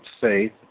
faith